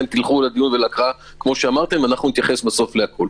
ותלכו לדיון ולהקראה - אנחנו נתייחס בסוף לכול.